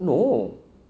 no